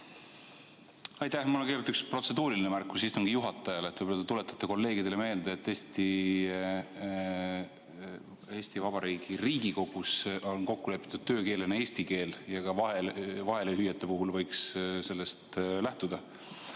Aitäh! Mul on kõigepealt üks protseduuriline märkus istungi juhatajale. Võib-olla te tuletate kolleegidele meelde, et Eesti Vabariigi Riigikogus on kokku lepitud töökeelena eesti keel ja ka vahelehüüete puhul võiks sellest lähtuda.